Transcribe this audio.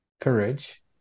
courage